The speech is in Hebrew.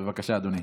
בבקשה, אדוני.